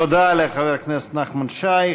תודה לחבר הכנסת נחמן שי.